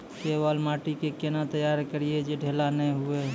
केवाल माटी के कैना तैयारी करिए जे ढेला नैय हुए?